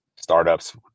startups